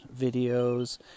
videos